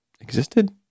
existed